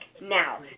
now